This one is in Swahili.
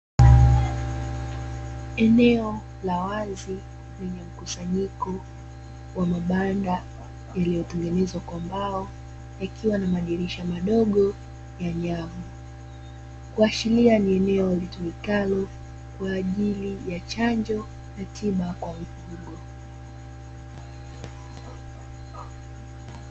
Eneo la wazi lina mkusanyiko wa mabanda yaliyotengenezwa kwa mbao, ikiwa na madirisha madogo ya nyavu. Kuashiria ni eneo litumikalo kwa ajili ya chanjo na tiba kwa mifugo.